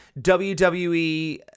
WWE